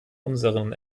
unseren